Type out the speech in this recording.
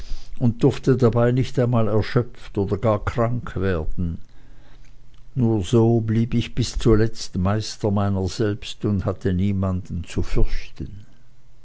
und durfte dabei nicht einmal erschöpft oder gar krank werden nur so blieb ich bis zuletzt meister meiner selbst und hatte niemanden zu fürchten